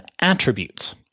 attributes